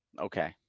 okay